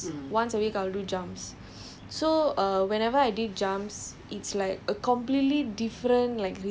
err cause I went training three times a week so twice a week I will do err sprints once a week I will do jumps